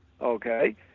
Okay